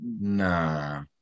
nah